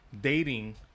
dating